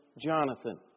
Jonathan